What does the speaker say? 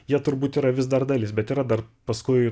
jie turbūt yra vis dar dalis bet yra dar paskui